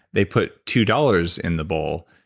they put two dollars in the bowl,